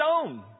stone